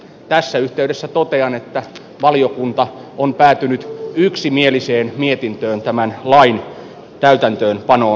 tässä yhteydessä totean että valiokunta on päätynyt yksimieliseen mietintöön tämän lain täytäntöön panoon liittyen